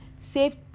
Save